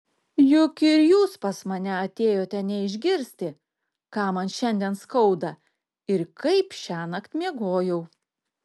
juk ir jūs pas mane atėjote ne išgirsti ką man šiandien skauda ir kaip šiąnakt miegojau